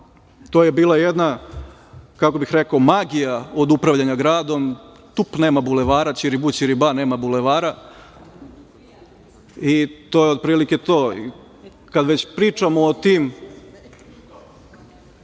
To je bila jedna kako bih rekao magija od upravljanja gradom. Tup, nema bulevara, ćiribu-ćiriba nema bulevara i to je otprilike to. Kada već pričamo o tim